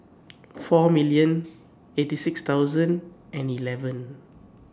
four million eighty six thousand and eleven